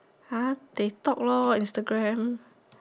!huh! they talk lor Instagram